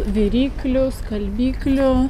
viryklių skalbyklių